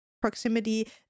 proximity